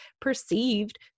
perceived